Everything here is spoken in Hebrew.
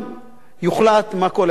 יוחלט מה כל אחד יעשה.